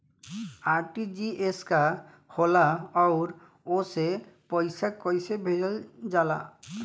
RTGS का होला आउरओ से पईसा कइसे भेजल जला?